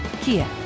Kia